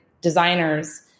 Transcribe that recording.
designers